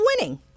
winning